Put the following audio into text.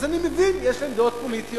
אז אני מבין, יש להם דעות פוליטיות,